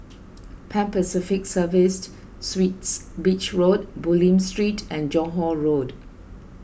Pan Pacific Serviced Suites Beach Road Bulim Street and Johore Road